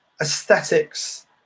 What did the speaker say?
aesthetics